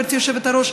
גברתי היושבת-ראש,